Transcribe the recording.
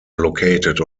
located